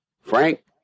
Frank